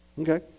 Okay